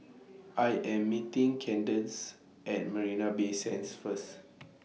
I Am meeting Kandace At Marina Bay Sands First